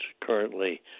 currently